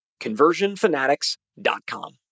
conversionfanatics.com